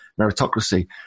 meritocracy